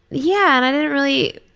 yeah, and i didn't really,